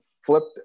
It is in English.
flipped